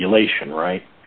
regulation right